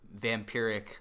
vampiric